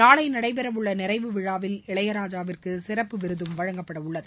நாளை நடைபெறவுள்ள நிறைவு விழாவில் இளையராஜாவிற்கு சிறப்பு விருதும் வழங்கப்படவுள்ளது